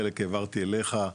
חלק העברתי אליך,